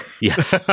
Yes